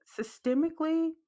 systemically